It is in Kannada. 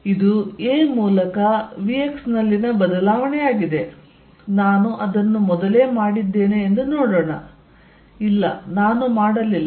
ಇದು a ಮೂಲಕ vx ನಲ್ಲಿನ ಬದಲಾವಣೆಯಾಗಿದೆ ನಾನು ಅದನ್ನು ಮೊದಲೇ ಮಾಡಿದ್ದೇನೆ ಎಂದು ನೋಡೋಣ ಇಲ್ಲ ನಾನು ಮಾಡಲಿಲ್ಲ